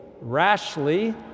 rashly